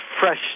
fresh